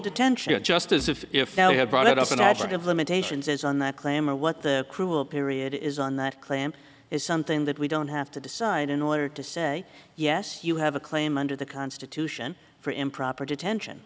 detention just as if if you had brought it up and i've heard of limitations as on that claim or what the cruel period is on that claim is something that we don't have to decide in order to say yes you have a claim under the constitution for improper detention